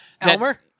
Elmer